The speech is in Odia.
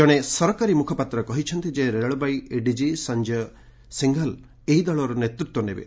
ଜଣେ ସରକାରୀ ମୁଖପାତ୍ର କହିଛନ୍ତି ଯେ ରେଳବାଇ ଏଡିଜି ସଂଜୟ ସିଂହଲ ଏହି ଦଳର ନେତୃତ୍ୱ ନେବେ